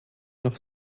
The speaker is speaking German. noch